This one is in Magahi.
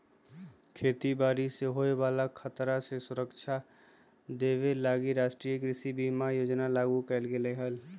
खेती बाड़ी से होय बला खतरा से सुरक्षा देबे लागी राष्ट्रीय कृषि बीमा योजना लागू कएले हइ